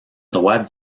droite